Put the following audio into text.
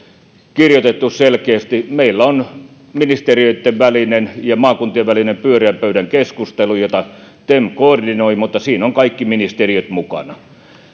kirjoitettu selkeästi meillä on ministeriöitten välinen ja maakuntien välinen pyöreän pöydän keskustelu jota tem koordinoi mutta siinä ovat kaikki ministeriöt mukana